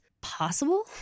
possible